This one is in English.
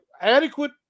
adequate